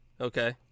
okay